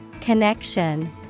Connection